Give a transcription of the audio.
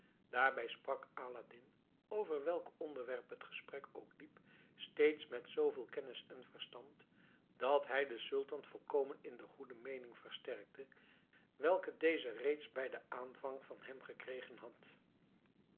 daarbij sprak aladdin over welk onderwerp het gesprek ook liep steeds met zooveel kennis en verstand dat hij den sultan volkomen in de goede meening versterkte welke deze reeds bij den aanvang van hem gekregen had